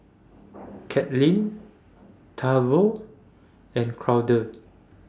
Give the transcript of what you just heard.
Katelynn Tavon and Claude